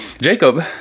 Jacob